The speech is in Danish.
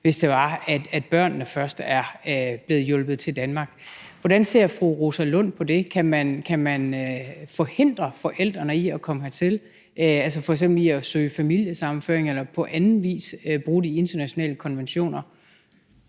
hvis det var, at børnene først var blevet hjulpet til Danmark. Hvordan ser fru Rosa Lund på det? Kan man forhindre forældrene i at komme hertil, f.eks. forhindre dem i at søge familiesammenføring eller på anden vis bruge de internationale konventioner?